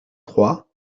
trois